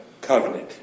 covenant